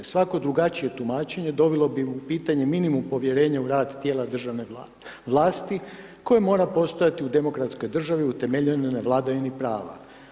Svako drugačije tumačenje dovelo bi u pitanje minimum povjerenja u rad tijela državne vlasti koje mora postojati u demokratskoj državi utemeljenom na vladavini prava.